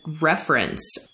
reference